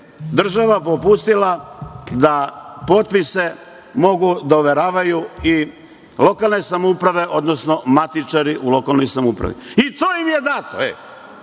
država popustila, da potpise mogu da overavaju i lokalne samouprave, odnosno matičari u lokalnoj samoupravi. I to im je dato.